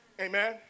Amen